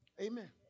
Amen